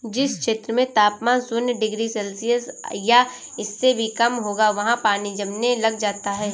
जिस क्षेत्र में तापमान शून्य डिग्री सेल्सियस या इससे भी कम होगा वहाँ पानी जमने लग जाता है